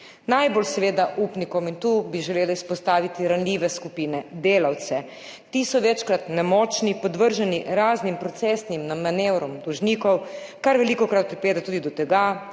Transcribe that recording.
najbolj seveda upnikom. Tu bi želela izpostaviti ranljive skupine, delavce, ti so večkrat nemočni, podvrženi raznim procesnim manevrom dolžnikov, kar velikokrat pripelje tudi do tega,